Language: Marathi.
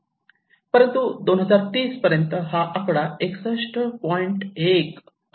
परंतु 2030 पर्यंत हा आकडा 61